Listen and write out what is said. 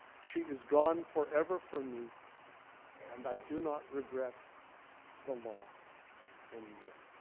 she is gone forever from me and i do not regret the loss anymore.